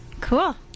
cool